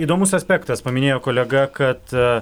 įdomus aspektas paminėjo kolega kad